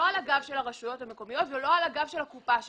לא על הגב של הרשויות המקומיות ולא על הגב של הקופה שלהן.